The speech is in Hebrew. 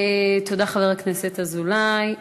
תודה, חבר הכנסת אזולאי.